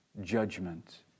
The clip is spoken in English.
judgment